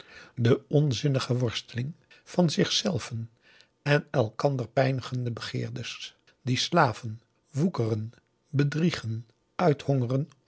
de onzinnige worsteling van zichzelven en elkander pijnigende begeerders die slaven woekeren bedriegen uithongeren